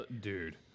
dude